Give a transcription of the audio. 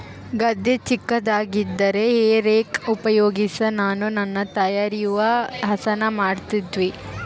ಗದ್ದೆ ಚಿಕ್ಕದಾಗಿದ್ದರೆ hay rake ಉಪಯೋಗಿಸಿ ನಾನು ನನ್ನ ತಾಯಿಯವರು ಹಸನ ಮಾಡುತ್ತಿವಿ